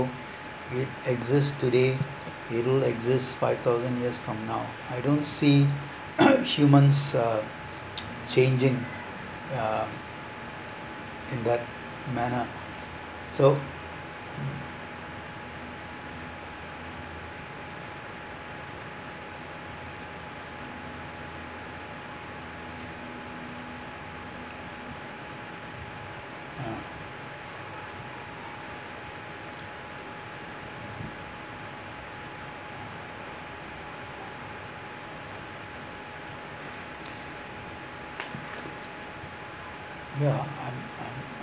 it exist today it will exist five thousand years from now I don't see humans are changing uh in that manner so uh ya I'm I'm